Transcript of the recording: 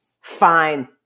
fine